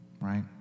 right